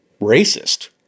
racist